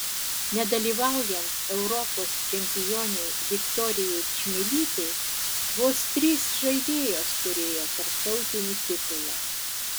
nedalyvaujant europos čempionei viktorijai čmilytei vos trys žaidėjos turėjo tarptautinį titulą